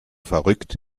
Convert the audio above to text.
verrückt